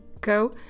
go